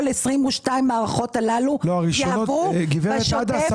כל 22 המערכות הללו יעברו בשוטף שדרוגים --- גברת עדס,